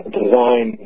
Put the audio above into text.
design